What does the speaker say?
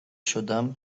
شدم